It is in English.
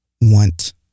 want